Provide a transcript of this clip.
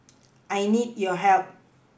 I need your help